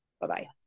Bye-bye